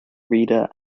reader